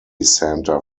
centre